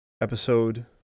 episode